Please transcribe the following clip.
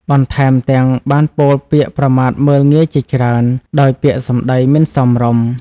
បន្ថែមទាំងបានពោលពាក្យប្រមាថមើលងាយជាច្រើន ដោយពាក្យសម្ដីមិនសមរម្យ។